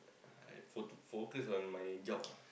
I fo~ focus on my job ah